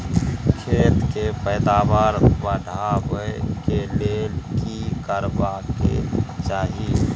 खेत के पैदावार बढाबै के लेल की करबा के चाही?